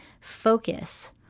focus